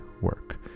work